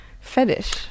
fetish